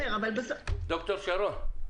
ד"ר שרון.